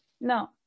No